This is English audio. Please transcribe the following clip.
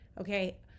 okay